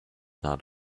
not